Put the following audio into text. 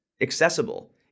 accessible